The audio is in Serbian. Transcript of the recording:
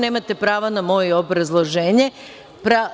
Nemate prava na moje obrazloženje.